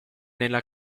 nella